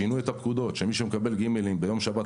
שינו את הפקודות שמי שמקבל גימלים ביום שבת,